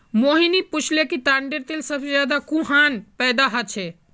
मोहिनी पूछाले कि ताडेर तेल सबसे ज्यादा कुहाँ पैदा ह छे